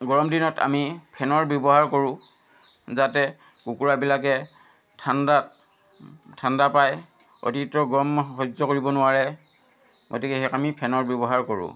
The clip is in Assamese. গৰম দিনত আমি ফেনৰ ব্যৱহাৰ কৰোঁ যাতে কুকুৰাবিলাকে ঠাণ্ডাত ঠাণ্ডা পায় অধিকতৰ গৰম সহ্য কৰিব নোৱাৰে গতিকে আমি ফেনৰ ব্যৱহাৰ কৰোঁ